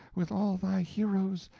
with all thy heroes?